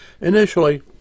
Initially